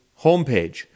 homepage